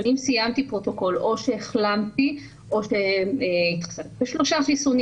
אם סיימתי פרוטוקול או שהחלמתי או שהתחסנתי בשלושה חיסונים